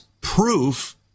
proof